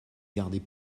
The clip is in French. gardait